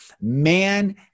man